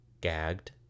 gagged